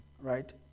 Right